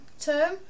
term